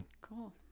Cool